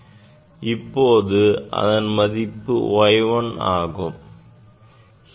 இப்போது அதன் மதிப்பு y1 ஆகும்